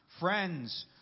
Friends